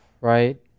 right